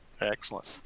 excellent